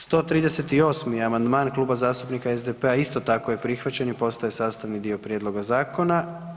138. amandman Klub zastupnika SDP-a isto tako je prihvaćen i postaje sastavni dio prijedloga zakona.